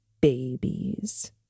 babies